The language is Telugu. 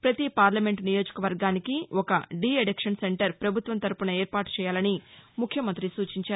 పతీ పార్లమెంటు నియోజకవర్గానికీ ఒక డీ అడిక్షన్ సెంటర్ ప్రపభుత్వం తరఫున ఏర్పాటు చేయాలని ముఖ్యమంతి సూచించారు